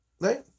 right